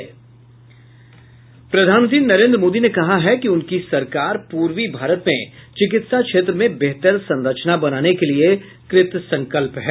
प्रधानमंत्री नरेन्द्र मोदी ने कहा है कि उनकी सरकार पूर्वी भारत में चिकित्सा क्षेत्र में बेहतर संरचना बनाने के लिए कृतसंकल्प है